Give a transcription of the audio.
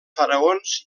faraons